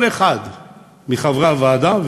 כל אחד מחברי הוועדה,